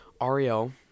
Ariel